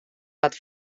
wat